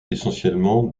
essentiellement